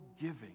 giving